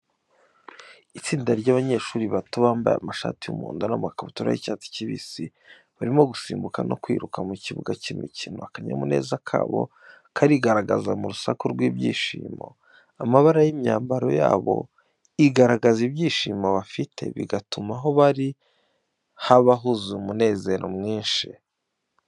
Itsinda ry’abanyeshuri bato bambaye amashati y’umuhondo n’amakabutura y’icyatsi kibisi, barimo gusimbuka no kwiruka mu kibuga cy’imikino. Akanyamuneza kabo karigaragaza mu rusaku rw’ibyishimo. Amabara y’imyambaro yabo igaragaza ibyishimo bafite bigatuma aho bari haba huzuye umunezero mwinshi.